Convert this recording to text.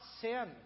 sin